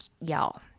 y'all